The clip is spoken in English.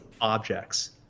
objects